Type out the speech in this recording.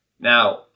Now